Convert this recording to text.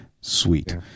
sweet